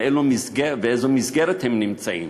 באיזו מסגרת הם נמצאים.